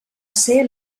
ser